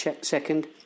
second